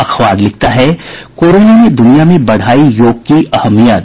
अखबार लिखता है कोरोना ने दुनिया में बढ़ायी योग की अहमियत